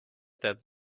that